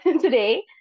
today